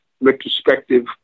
retrospective